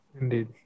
Indeed